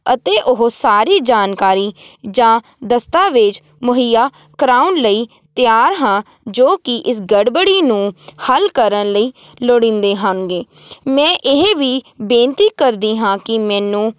ਅਤੇ ਉਹ ਸਾਰੀ ਜਾਣਕਾਰੀ ਜਾਂ ਦਸਤਾਵੇਜ਼ ਮੁਹੱਈਆ ਕਰਵਾਉਣ ਲਈ ਤਿਆਰ ਹਾਂ ਜੋ ਕਿ ਇਸ ਗੜਬੜੀ ਨੂੰ ਹੱਲ ਕਰਨ ਲਈ ਲੋੜੀਂਦੇ ਹੋਣਗੇ ਮੈਂ ਇਹ ਵੀ ਬੇਨਤੀ ਕਰਦੀ ਹਾਂ ਕਿ ਮੈਨੂੰ